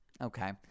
Okay